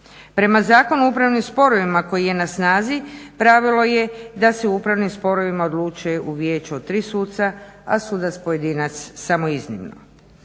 Prema Zakonu o upravnim sporovima koji je na snazi pravilo je da se u upravnim sporovima odluči u vijeću od 3 suca, a sudac pojedinac samo iznimno.